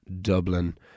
Dublin